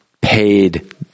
paid